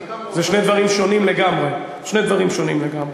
אני גם לא, אלה שני דברים שונים לגמרי.